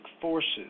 forces